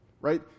right